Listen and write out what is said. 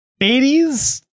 80s